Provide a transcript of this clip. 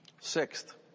Sixth